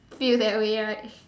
feel that way right